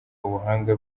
ubuhanga